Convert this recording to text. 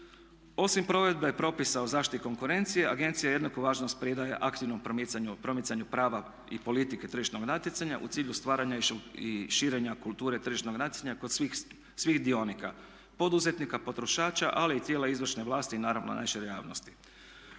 Osim provedbe propisa o zaštiti konkurencije agencija je jednako važna spredaja aktivnog promicanja o promicanju prava i politike tržišnog natjecanja u cilju stvaranja i širenja kulture tržišnog natjecanja kod svih dionika poduzetnika, potrošača ali i tijela izvršne vlasti i naravno najšire javnosti.